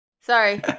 Sorry